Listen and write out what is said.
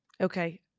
Okay